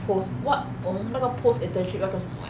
post what o~ 那个 post-internship 要做什么 leh